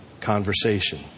conversation